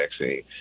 vaccine